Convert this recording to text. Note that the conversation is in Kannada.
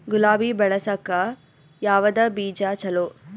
ಗುಲಾಬಿ ಬೆಳಸಕ್ಕ ಯಾವದ ಬೀಜಾ ಚಲೋ?